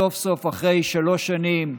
סוף-סוף אחרי שלוש שנים,